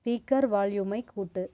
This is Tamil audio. ஸ்பீக்கர் வால்யூமை கூட்டு